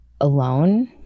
alone